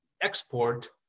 export